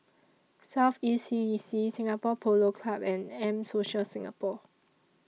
South East E C Singapore Polo Club and M Social Singapore